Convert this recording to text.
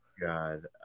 God